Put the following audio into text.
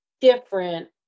different